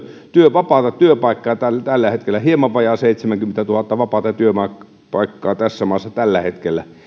vapaata työpaikkaa tällä tällä hetkellä hieman vajaat seitsemänkymmentätuhatta vapaata työpaikkaa tässä maassa tällä hetkellä